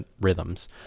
rhythms